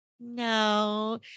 no